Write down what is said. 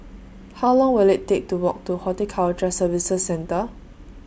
How Long Will IT Take to Walk to Horticulture Services Centre